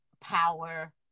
power